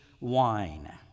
wine